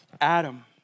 Adam